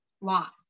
loss